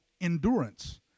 endurance